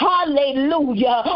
Hallelujah